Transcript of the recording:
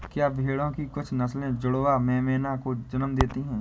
क्या भेड़ों की कुछ नस्लें जुड़वा मेमनों को जन्म देती हैं?